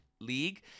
league